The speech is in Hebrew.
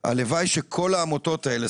הלוואי שכל העמותות האלה,